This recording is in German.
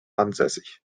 ansässig